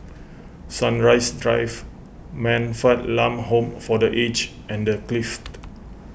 Sunrise Drive Man Fatt Lam Home for Aged and the Clift